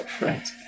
Right